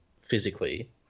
physically